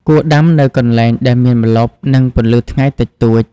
គួរដាំនៅកន្លែងដែលមានម្លប់ និងពន្លឺថ្ងៃតិចតួច។